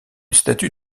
statue